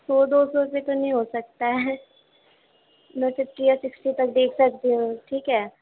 سو دو سو روپے تو نہیں ہوسکتا ہے میں ففٹی یا سکسٹی تک دیکھ سکتی ہوں ٹھیک ہے